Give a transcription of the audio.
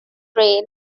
rail